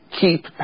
keep